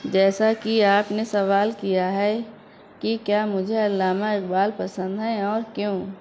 جیسا کہ آپ نے سوال کیا ہے کہ کیا مجھے علامہ اقبال پسند ہیں اور کیوں